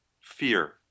Fear